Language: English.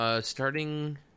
starting